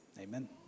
Amen